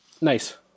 Nice